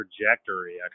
trajectory